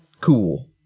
Cool